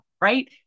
right